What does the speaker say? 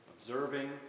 observing